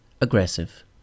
aggressive